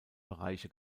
bereiche